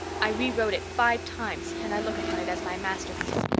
i rewrote it five times and i look upon it as my masterpiece.